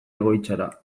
egoitzara